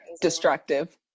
Destructive